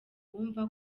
uwumva